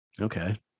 Okay